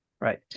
right